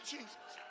Jesus